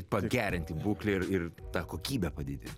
pagerinti būklę ir ir tą kokybę padidint